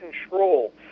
control